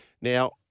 Now